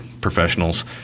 professionals